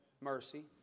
Mercy